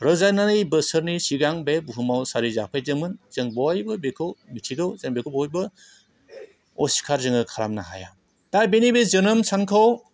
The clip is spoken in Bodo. रजायनारि बोसोरनि सिगां बे बुहुमाव सारि जाफैदोंमोन जों बयबो बेखौ मिथिगौ जों बेखौ बयबो असिखार जोङो खालामनो हाया दा बिनि बे जोनोम सानखौ